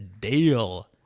deal